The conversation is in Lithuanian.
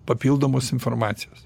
papildomos informacijos